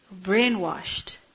brainwashed